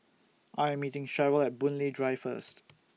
I Am meeting Cheryl At Boon Lay Drive First